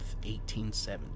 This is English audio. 1870